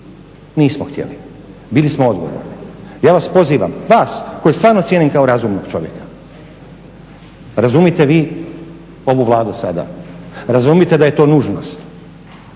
Nismo htjeli. Bili smo odgovorni. Ja vas pozivam, vas kojeg stvarno cijenim kao razumnog čovjeka, razumite vi ovu Vladu sada, razumite da je to nužnost